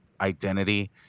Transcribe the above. identity